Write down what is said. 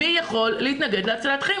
מי יכול להתנגד להצלת חיים,